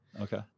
Okay